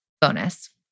bonus